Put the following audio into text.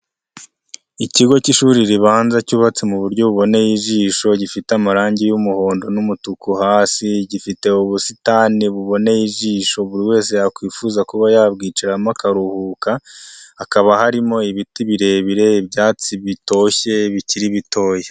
Ikigo cy'ishuri ribanza cyubatse mu buryo buboneye ijisho, gifite amarangi y'umuhondo n'umutuku, hasi gifite ubusitani buboneye ijisho ,buri wese yakwifuza kuba yabwicaramo akaruhuka. hakaba harimo ibiti birebire, ibyatsi bitoshye bikiri bitoya.